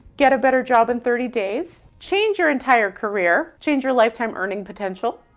get a better job in thirty days, change your entire career, change your lifetime earning potential,